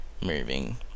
moving